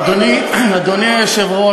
אדוני היושב-ראש,